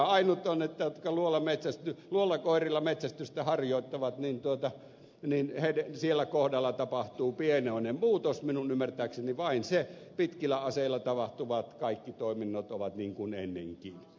ainut on että niiden kohdalla jotka luolakoirilla metsästystä harjoittavat niin totta niin sillä kohdalla tapahtuu pienoinen muutos minun ymmärtääkseni vain se pitkillä aseilla tapahtuvat kaikki toiminnot ovat niin kuin ennenkin